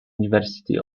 university